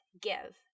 give